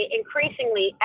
increasingly